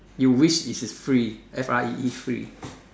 you wish it is free F R E E free